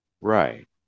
Right